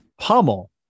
pummel